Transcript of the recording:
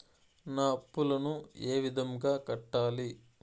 నా అప్పులను ఏ విధంగా కట్టాలి?